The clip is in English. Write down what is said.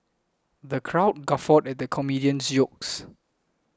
the crowd guffawed at the comedian's jokes